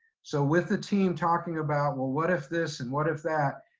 so with the team talking about, well, what if this and what if that,